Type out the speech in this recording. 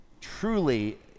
truly